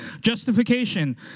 Justification